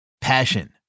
Passion